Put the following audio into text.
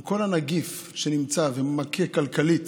עם כל הנגיף שנמצא ומכה כלכלית